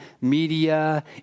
media